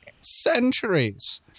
centuries